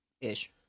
ish